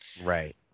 Right